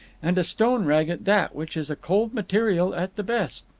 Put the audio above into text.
and a stone rag at that, which is a cold material at the best.